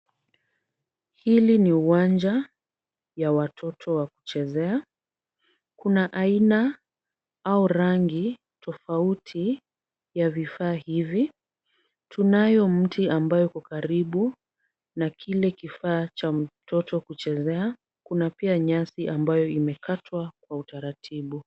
Hili ni uwanja ya watoto wa kuchezea. Kuna aina au rangi tofauti ya vifaa hivi. Tunayo mti ambayo iko karibu na kile kifaa cha mtoto kuchezea. Kuna pia nyasi ambayo imekatwa kwa utaratibu.